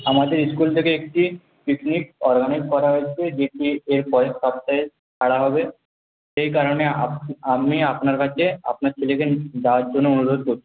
আমাদের স্কুল থেকে একটি পিকনিক আয়োজন করা হচ্ছে যে এ এর পরের সপ্তাহে করা হবে সেই কারণে আপনা আমি আপনার কাছে আপনার ছেলেকে নিয়ে যাওয়ার জন্য অনুরোধ করছি